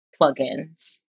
plugins